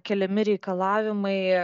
keliami reikalavimai